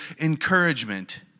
encouragement